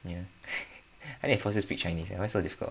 ya I need to force you speak chinese eh why so difficult